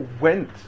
went